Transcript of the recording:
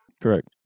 Correct